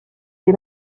des